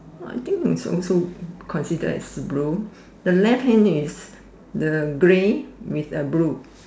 what I think it's also considered as blue the left hand is the gray with the blue